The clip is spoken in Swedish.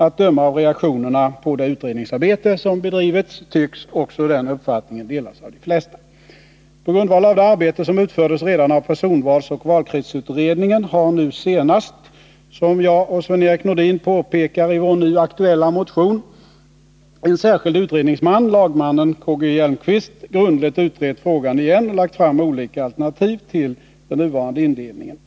Att döma av reaktionerna på det utredningsarbete som bedrivits tycks också den uppfattningen delas av de flesta. På grundval av det arbete som utfördes redan av personvalsoch valkretsutredningen har nu senast, som jag och Sven-Erik Nordin påpekar i vår här aktuella motion, en särskild utredningsman, lagmannen K.-G. Hjelmqwist, grundligt utrett frågan igen och lagt fram en rad olika alternativ till den nuvarande indelningen.